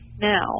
Now